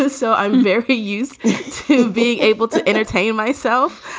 ah so i'm very used to being able to entertain myself